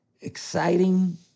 exciting